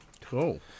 cool